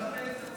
מקבל את הצעת